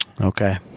okay